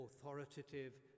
authoritative